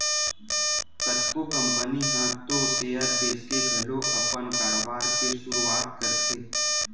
कतको कंपनी ह तो सेयर बेंचके घलो अपन कारोबार के सुरुवात करथे